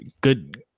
Good